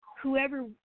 whoever